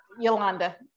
Yolanda